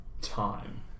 Time